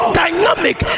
dynamic